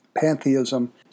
pantheism